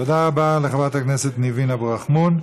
תודה רבה לחברת הכנסת ניבין אבו רחמון.